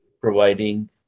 providing